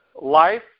life